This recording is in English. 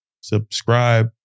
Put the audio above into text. subscribe